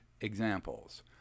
examples